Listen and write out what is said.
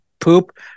poop